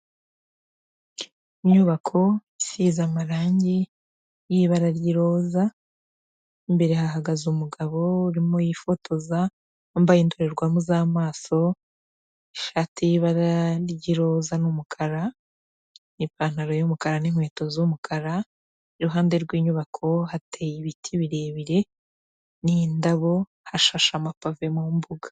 Inyubako isize amarangi y'ibara ry'iroza. Imbere hahagaze umugabo urimo yifotoza wambaye indorerwamo z'amaso, ishati y'ibara ry'iroza n'umukara n'ipantaro y'umukara n'inkweto z'umukara. Iruhande rw'inyubako hateye ibiti birebire n'indabo, hashashe amapave mu mbuga.